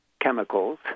chemicals